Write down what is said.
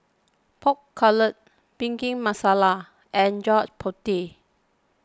Pork Knuckle Bhindi Masala and Gudeg Putih